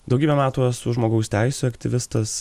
daugybę metų esu žmogaus teisių aktyvistas